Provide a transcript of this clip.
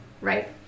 Right